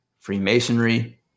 Freemasonry